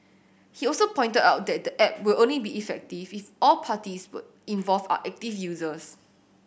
he also pointed out that the app will only be effective if all parties would involved are active users